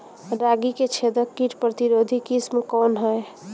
रागी क छेदक किट प्रतिरोधी किस्म कौन ह?